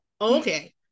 Okay